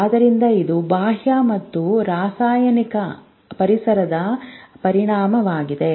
ಆದ್ದರಿಂದ ಇದು ಬಾಹ್ಯ ಮತ್ತು ರಾಸಾಯನಿಕ ಪರಿಸರದ ಪರಿಣಾಮವಾಗಿದೆ